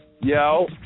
Yo